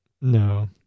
No